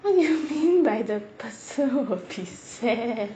what do you mean by the person will be there